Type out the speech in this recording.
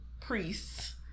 priests